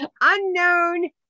Unknown